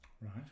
Right